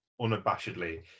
unabashedly